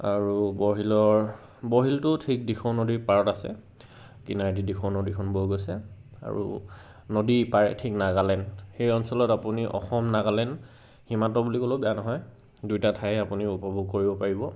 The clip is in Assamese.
আৰু বৰশিলৰ বৰশিলটো ঠিক দিখৌ নদীৰ পাৰত আছে কিনাৰেদি দিখৌ নদীখন বৈ গৈছে আৰু নদীৰ ইপাৰে ঠিক নাগালেণ্ড সেই অঞ্চলত আপুনি অসম নাগালেণ্ড সীমান্ত বুলি ক'লেও বেয়া নহয় দুইটা ঠাই আপুনি উপভোগ কৰিব পাৰিব